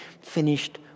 finished